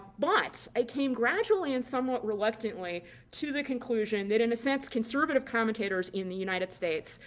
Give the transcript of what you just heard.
but i came gradually and somewhat reluctantly to the conclusion that, in a sense, conservative commentators in the united states,